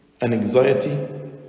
anxiety